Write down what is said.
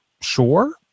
sure